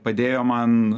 padėjo man